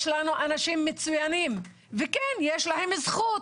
יש לנו אנשים מצוינים וכן, יש להם זכות